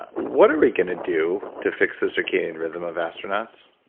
what are we going to do to fix the circadian rhythm of astronauts?